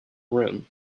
room